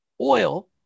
oil